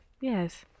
Yes